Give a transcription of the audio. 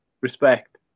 respect